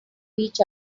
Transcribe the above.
each